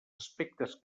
aspectes